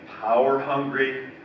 power-hungry